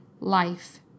life